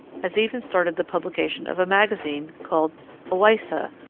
has even started the publication of a magazine called owaissa,